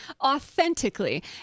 authentically